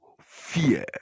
fear